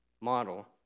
model